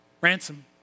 Ransom